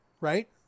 right